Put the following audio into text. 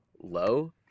low